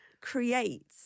create